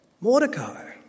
Mordecai